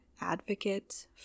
Advocate